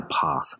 path